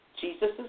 Jesus